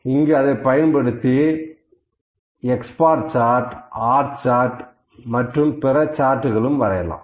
அங்கு இதைப் பயன்படுத்தி x bar chart R chart மற்றும் பிற சார்ட்களும் வரையலாம்